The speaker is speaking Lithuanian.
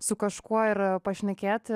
su kažkuo ir pašnekėti